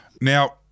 now